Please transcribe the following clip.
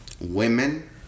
Women